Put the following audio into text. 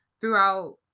throughout